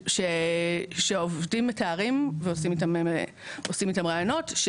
לפי העובדים שאיתם עושים ראיונות,